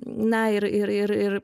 na ir ir ir ir